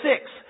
six